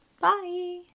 Bye